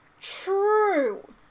True